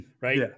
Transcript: right